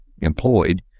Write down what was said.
employed